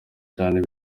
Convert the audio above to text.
cyane